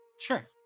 Sure